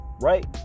right